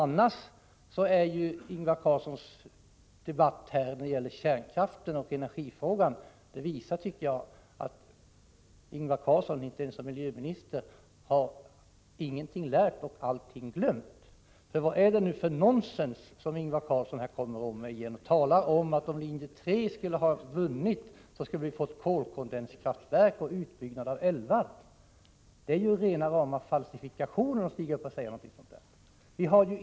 Annars visar debatten om kärnkraft och energifrågor här att Ingvar Carlsson som miljöminister ingenting lärt och allting glömt. Vad är det för nonsens som Ingvar Carlsson kommer med när han talar om att ifall linje 3 hade vunnit, skulle vi ha fått kolkondenskraftverk och utbyggnad av älvarna? Det är rena rama falsifikationer att säga så.